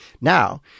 Now